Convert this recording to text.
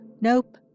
nope